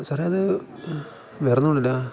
സാറെ അത് വെറൊന്നും കൊണ്ടല്ല